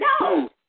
No